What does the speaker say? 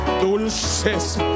Dulces